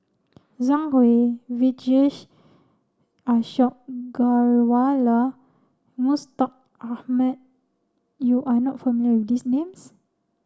Zhang Hui Vijesh Ashok Ghariwala Mustaq Ahmad you are not familiar with these names